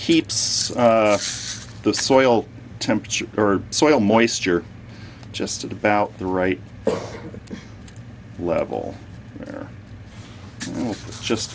keeps the soil temperature or soil moisture just about the right level it's just